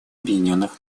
объединенных